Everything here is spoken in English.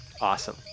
Awesome